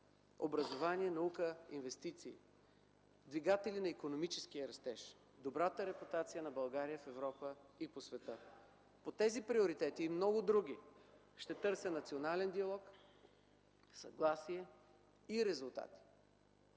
Образование, наука, иновации. - Двигатели на икономическия растеж. - Добрата репутация на България в Европа и по света. По тези приоритети и много други ще търся национален диалог, съгласие и резултати.